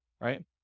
right